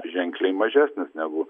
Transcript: ženkliai mažesnis negu